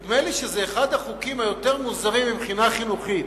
נדמה לי שזה אחד החוקים היותר מוזרים מבחינה חינוכית,